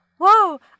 Whoa